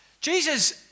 Jesus